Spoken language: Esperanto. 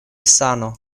sano